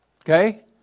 Okay